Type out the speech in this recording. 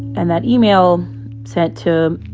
and that email sent to